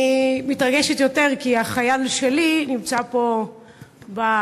אני מתרגשת יותר כי החייל שלי נמצא פה באולם,